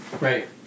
Right